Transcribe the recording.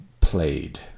played